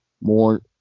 more